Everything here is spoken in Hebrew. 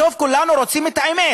בסוף כולנו רוצים את האמת.